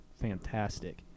fantastic